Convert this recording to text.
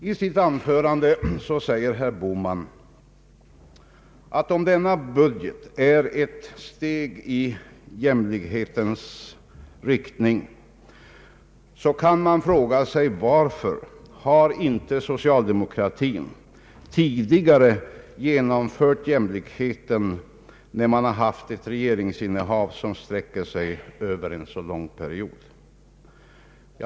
I sitt anförande säger herr Bohman, att om denna budget är ett steg i jämlikhetens riktning kan man fråga sig varför socialdemokratin inte tidigare har genomfört jämlikheten under ett regeringsinnehav som sträcker sig över en så lång period.